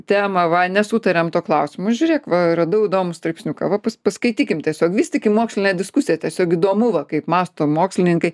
temą va nesutariam tuo klausimu žiūrėk va radau įdomų straipsniuką va pas paskaitykim tiesiog vystykime mokslinę diskusiją tiesiog įdomu va kaip mąsto mokslininkai